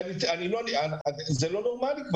זה לא נורמלי.